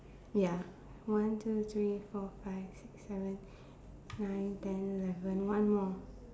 ya one two three four five six seven nine ten eleven one more